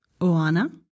Oana